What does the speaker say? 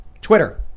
Twitter